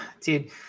Dude